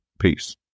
Peace